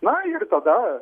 na ir tada